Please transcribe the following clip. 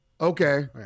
Okay